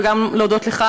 וגם להודות לך,